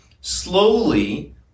slowly